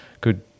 good